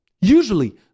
usually